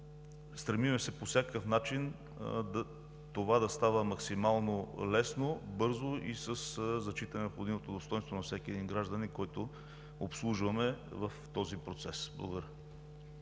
Стремим се по всякакъв начин това да става максимално лесно, бързо и със зачитане на необходимото достойнство на всеки един гражданин, който обслужваме в този процес. Благодаря.